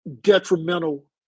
detrimental